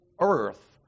earth